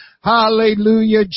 Hallelujah